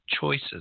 choices